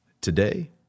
today